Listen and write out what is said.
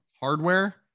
hardware